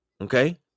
Okay